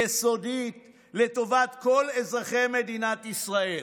יסודית, לטובת כל אזרחי מדינת ישראל.